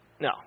No